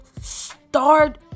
start